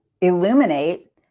illuminate